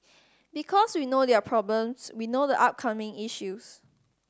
because we know their problems we know the upcoming issues